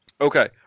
okay